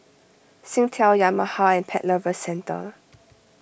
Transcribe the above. Singtel Yamaha and Pet Lovers Centre